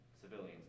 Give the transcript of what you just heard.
Civilians